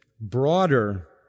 broader